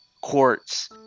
quartz